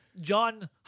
John